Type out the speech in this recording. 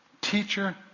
Teacher